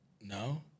No